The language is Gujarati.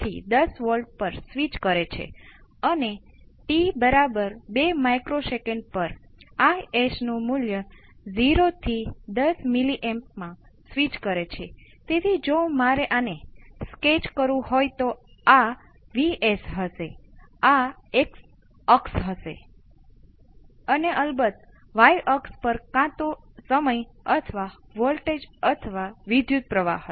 આપણે કહીએ છીએ કે આપણે V c નો રિસ્પોન્સ શોધી રહ્યા છીએ હવે આ બીજું કંઈપણ હોઈ શકે છે જેથી આપણે V R નો રિસ્પોન્સ શોધી શકીએ છીએ અથવા લૂપનો વિદ્યૂત પ્રવાહ છે